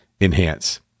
enhance